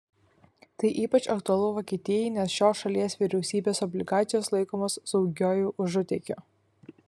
tai ypač aktualu vokietijai nes šios šalies vyriausybės obligacijos laikomos saugiuoju užutėkiu